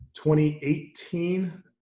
2018